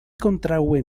kontraŭe